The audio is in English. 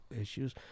issues